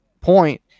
point